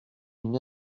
une